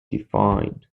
defined